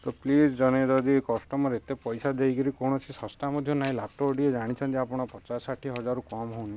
ତ ପ୍ଲିଜ୍ ଜଣେ ଯଦି କଷ୍ଟମର୍ ଏତେ ପଇସା ଦେଇକିରି କୌଣସି ଶସ୍ତା ମଧ୍ୟ ନାହିଁ ଲ୍ୟାପଟପ୍ ଟେ ଜାଣିଛନ୍ତି ଆପଣ ପଚାଶ୍ ଷାଠିଏ ହଜର୍ରୁ କମ୍ ହେଉନି